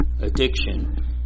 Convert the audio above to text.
addiction